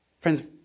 Friends